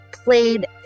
played